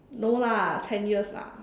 no lah ten years lah